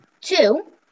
Two